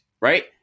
right